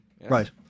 Right